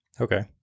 Okay